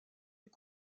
est